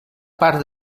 part